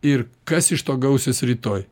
ir kas iš to gausis rytoj